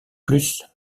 plus